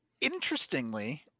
Interestingly